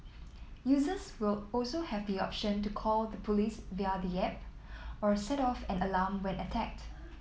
users will also have the option to call the police via the app or set off an alarm when attacked